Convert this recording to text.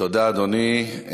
תודה, אדוני.